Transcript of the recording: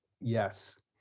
yes